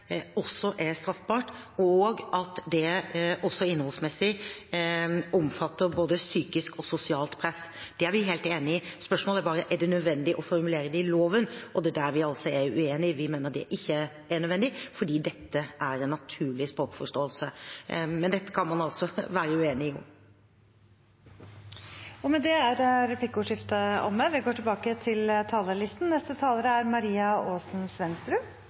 også er straffbart, og at det også innholdsmessig omfatter både psykisk og sosialt press. Det er vi helt enig i. Spørsmålet er om det er nødvendig å formulere det i loven. Det er der vi er uenige. Vi mener det ikke er nødvendig, for dette er en naturlig språkforståelse, men det kan man være uenige om. Replikkordskiftet er omme. Flere og flere lesbiske, homofile, bifile og transpersoner opplever trusler og hatefulle ytringer. I tillegg er